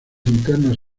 internas